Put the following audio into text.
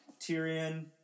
Tyrion